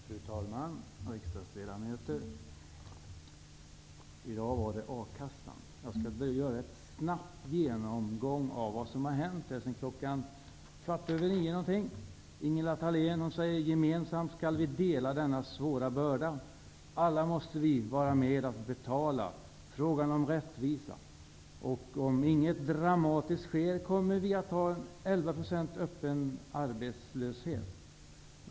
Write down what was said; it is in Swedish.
Fru talman! Riksdagsledamöter! I dag gäller det akassan. Jag skall göra en snabb genomgång av det som har hänt här sedan en kvart över nio i morse. Ingela Thalén sade: Gemensamt skall vi dela på denna svåra börda. Alla måste vi vara med och betala. Det är en fråga om rättvisa. Om inget dramatiskt sker kommer vi att få 11 % öppen arbetslöshet.